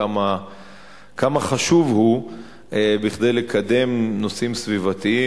כמה חשוב הוא כדי לקדם נושאים סביבתיים